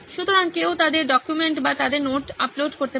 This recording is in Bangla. সুতরাং কেউ তাদের নথিপত্র বা তাদের নোট আপলোড করতে পারে